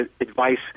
advice